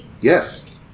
Yes